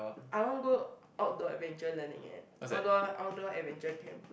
I want go Outdoor Adventure learning eh outdoor Outdoor Adventure camp